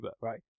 right